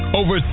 over